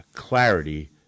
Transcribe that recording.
Clarity